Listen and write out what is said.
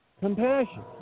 compassion